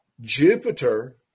Jupiter